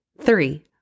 three